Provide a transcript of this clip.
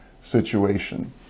situation